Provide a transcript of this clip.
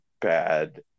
bad